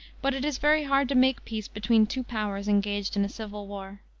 but it is very hard to make peace between two powers engaged in civil war.